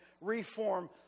reform